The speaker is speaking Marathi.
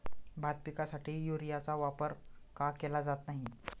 भात पिकासाठी युरियाचा वापर का केला जात नाही?